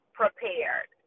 prepared